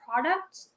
product